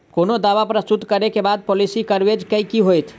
कोनो दावा प्रस्तुत करै केँ बाद पॉलिसी कवरेज केँ की होइत?